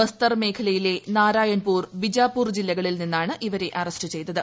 ബസ്തർ മേഖലയിലെ നാരായൺപൂർ ബിജാപൂർ ജില്ലകളിൽ നിന്നാണ് ഇവരെ അറസ്റ്റ് ചെയ്തത്